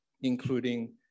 including